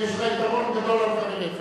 יש לך יתרון גדול על חבריך עכשיו.